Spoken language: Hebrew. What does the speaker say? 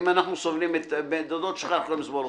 אם אנחנו סובלים את בן הדוד שלך אנחנו יכולים לסבול אותך